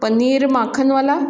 paneer makhanwala